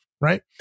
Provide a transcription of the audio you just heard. right